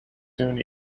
soon